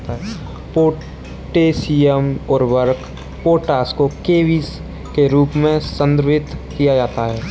potassium उर्वरक potash को केबीस के रूप में संदर्भित किया जाता है